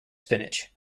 spinach